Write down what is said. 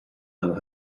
and